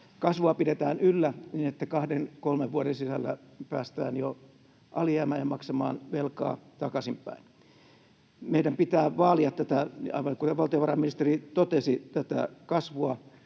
kasvua pidetään yllä, että kahden kolmen vuoden sisällä päästään jo ylijäämään ja maksamaan velkaa takaisinpäin. Meidän pitää, aivan kuten valtiovarainministeri totesi, vaalia tätä kasvua